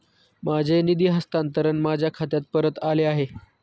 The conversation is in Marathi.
माझे निधी हस्तांतरण माझ्या खात्यात परत आले आहे